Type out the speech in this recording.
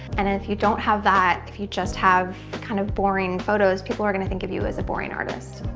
and if you don't have that, if you just have kind of boring photos, people are gonna think of you as a boring artist.